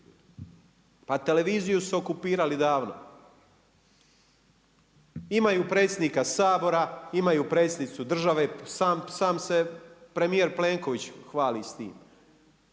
Pa televiziju su okupirali davno. Imaju predsjednika Sabora, imaju predsjednicu države, sam se premijer Plenković hvali s tim,